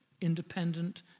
Independent